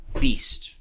beast